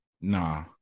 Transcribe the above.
Nah